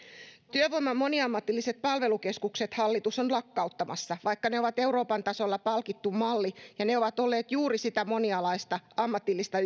työvoiman moniammatilliset palvelukeskukset hallitus on lakkauttamassa vaikka ne ovat euroopan tasolla palkittu malli ja ne ovat olleet juuri sitä monialaista ammatillista